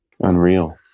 Unreal